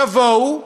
יבואו,